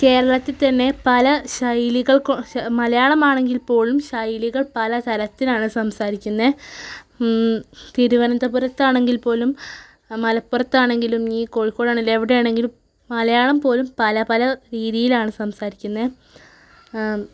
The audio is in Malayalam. കേരളത്തിൽ തന്നെ പല ശൈലികള് കൊ മലയാളമാണെങ്കില് പോലും ശൈലികള് പല തരത്തിലാണ് സംസാരിക്കുന്നത് തിരുവനന്തപുരത്താണെങ്കില് പോലും മലപ്പുറത്തണെങ്കിലും ഈ കോഴിക്കോടാണേലും എവിടെയാണെങ്കിൽ മലയാളം പോലും പല പല രീതിയാലാണ് സംസാരിക്കുന്നത്